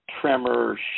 tremor